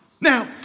Now